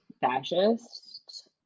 fascist